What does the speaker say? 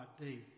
day